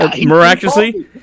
miraculously